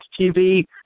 TV